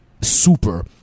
super